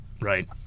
Right